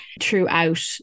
throughout